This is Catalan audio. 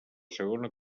segona